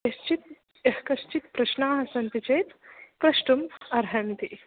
यःश्चि यःकश्चित् प्रश्नाः सन्ति चेत् प्रष्टुम् अर्हन्ति